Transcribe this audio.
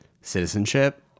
citizenship